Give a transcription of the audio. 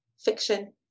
fiction